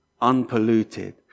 unpolluted